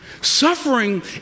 Suffering